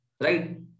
right